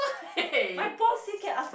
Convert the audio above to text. my boss still can ask me